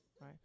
Right